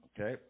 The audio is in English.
Okay